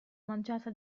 manciata